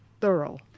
thorough